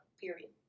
period